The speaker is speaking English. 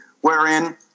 wherein